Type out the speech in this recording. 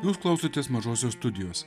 jūs klausotės mažosios studijos